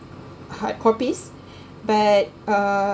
hard copies but uh